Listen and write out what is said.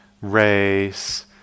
race